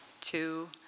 two